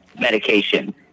medication